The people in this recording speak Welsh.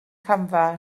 camfa